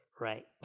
Right